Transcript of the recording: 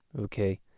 Okay